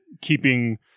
keeping